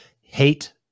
hate